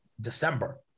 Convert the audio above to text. December